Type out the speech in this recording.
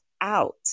out